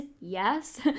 Yes